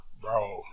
Bro